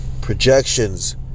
projections